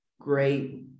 great